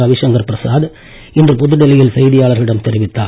ரவிசங்கர் பிரசாத் இன்று புதுடெல்லியில் செய்தியாளர்களிடம் தெரிவித்தார்